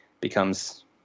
becomes